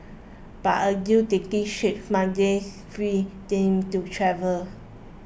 but a deal taking shape Monday freed him to travel